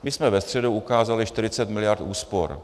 My jsme ve středu ukázali 40 mld. úspor.